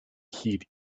heed